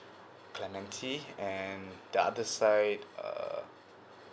clementi and the other side err